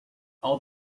all